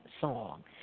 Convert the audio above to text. Song